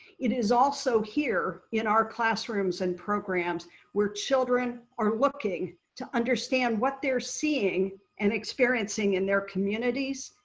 it is also here in our classrooms and programs where children are looking to understand what they're seeing and experiencing in their communities,